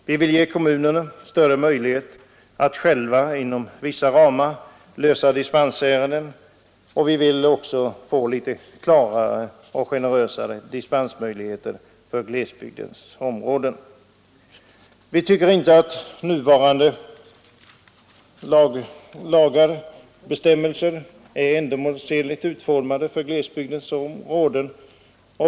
Vi vill ge kommunerna större möjligheter att själva inom vissa ramar lösa dispensärenden och även få klarare och generösare dispensmöjligheter för glesbygdsområdena. Vi tycker inte att nuvarande lagbestämmelser är ändamålsenligt utformade för glesbygdsområden.